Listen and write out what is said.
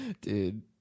Dude